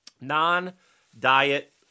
non-diet